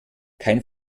kein